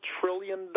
trillion